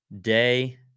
Day